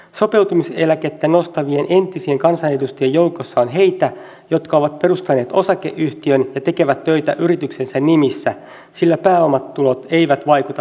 sopeutumiseläkettä nostavien entisien kansanedustajien joukossa on heitä jotka ovat perustaneet osakeyhtiön ja tekevät töitä yrityksensä nimissä sillä pääomatulot eivät vaikuta sopeutumiseläkkeeseen laisinkaan